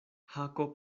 hako